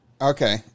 Okay